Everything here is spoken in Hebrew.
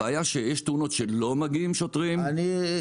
הבעיה היא שיש תאונות שלא מגיעים שוטרים --- רגע,